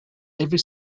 every